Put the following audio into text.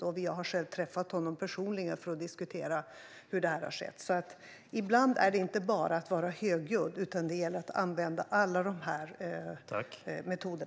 Jag har själv träffat honom personligen för att diskutera hur det hela har skett. Ibland handlar det alltså inte bara om att vara högljudd, utan det gäller att använda alla dessa metoder.